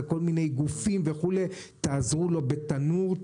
לכל מיני גופים: תעזרו לו בתנור,